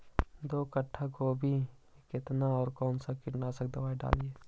दो कट्ठा गोभी केतना और कौन सा कीटनाशक दवाई डालिए?